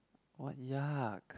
what yuck